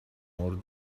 more